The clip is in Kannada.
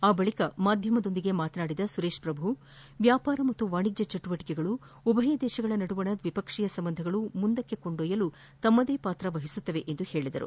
ಆ ಬಳಕ ಮಾಧ್ಯಮದೊಂದಿಗೆ ಮಾತನಾಡಿದ ಸುರೇಶ್ ಪ್ರಭು ವ್ಯಾಪಾರ ಮತ್ತು ವಾಣಿಜ್ಯ ಚಟುವಟಕೆಗಳು ಉಭಯ ದೇಶಗಳ ನಡುವಣ ದ್ವಿಪಕ್ಷೀಯ ಸಂಬಂಧಗಳು ಮುಂದಕ್ಕೆ ಕೊಂಡೊಯ್ಯಲು ತಮ್ಮದೇ ಪಾತ್ರ ವಹಿಸುತ್ತವೆ ಎಂದು ಹೇಳದರು